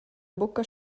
buca